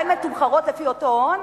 ועדיין מתומחרות לפי אותו הון?